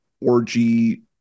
orgy